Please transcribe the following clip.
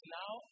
now